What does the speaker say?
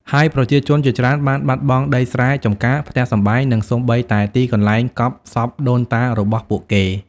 ហើយប្រជាជនជាច្រើនបានបាត់បង់ដីស្រែ ចម្ការ ផ្ទះសម្បែង និងសូម្បីតែទីកន្លែងកប់សពដូនតារបស់ពួកគេ។